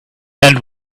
and